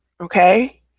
Okay